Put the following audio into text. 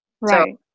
Right